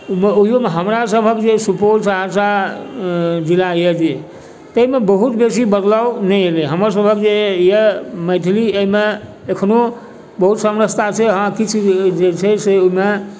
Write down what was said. ओहियोमे हमर सभक जे सुपौल सहरसा जिला यऽ जे तैमे बहुत बेसी बदलाव नहि एलय हएइ हमर सभक जे यऽ मैथिली अइमे एखनो बहुत समरसता छै हँ किछु जे जे छै से ओइमे